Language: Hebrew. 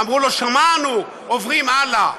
אמרו לו: שמענו, עוברים הלאה.